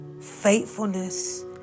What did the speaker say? faithfulness